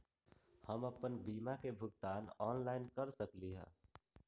हम अपन बीमा के भुगतान ऑनलाइन कर सकली ह?